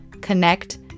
connect